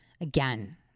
Again